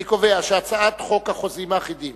אני קובע שחוק החוזים האחידים